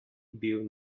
bil